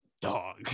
Dog